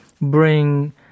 bring